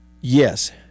yes